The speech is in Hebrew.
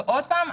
ועוד פעם,